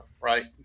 right